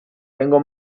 tengo